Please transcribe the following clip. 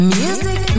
music